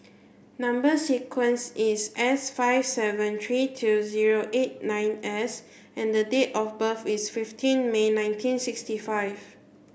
number sequence is S five seven three two zero eight nine S and the date of birth is fifteen May nineteen sixty five